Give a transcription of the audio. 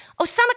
Osama